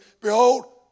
Behold